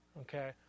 okay